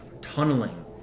tunneling